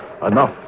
Enough